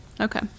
Okay